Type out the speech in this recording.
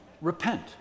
repent